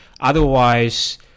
otherwise